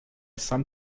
some